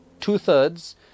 two-thirds